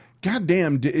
Goddamn